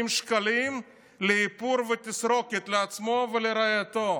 שקלים לאיפור ותסרוקת לעצמו ולרעייתו.